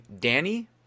Danny